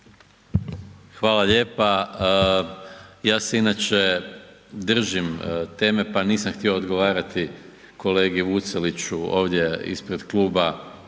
Hvala lijepa. Ja se inače držim teme pa nisam htio odgovarati kolegi Vuceliću ovdje ispred kluba